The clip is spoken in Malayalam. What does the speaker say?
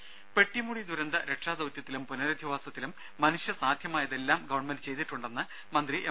ദേഴ പെട്ടിമുടി ദുരന്ത രക്ഷാദൌത്യത്തിലും പുനരധിവാസത്തിലും മനുഷ്യസാധ്യമായതെല്ലാം ഗവൺമെന്റ് ചെയ്തിട്ടുണ്ടെന്ന് മന്ത്രി എം